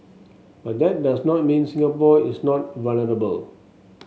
but that does not mean Singapore is not vulnerable